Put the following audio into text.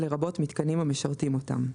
לרבות מיתקנים המשרתים אותם: